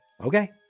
okay